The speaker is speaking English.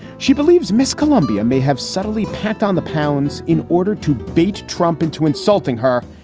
she believes miss colombia may have suddenly packed on the pounds in order to beat trump into insulting her.